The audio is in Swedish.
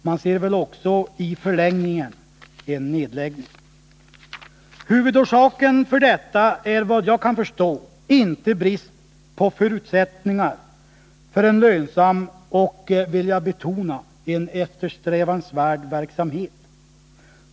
Man ser väl i förlängningen också en nedläggning. Huvudorsaken till detta är vad jag kan förstå inte brist på förutsättningar för en lönsam och — det vill jag betona — eftersträvansvärd verksamhet.